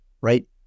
right